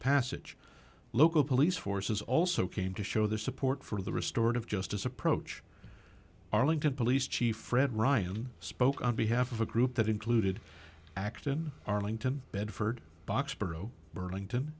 passage local police forces also came to show their support for the restored of justice approach arlington police chief fred ryan spoke on behalf of a group that included acton arlington bedford boxborough burlington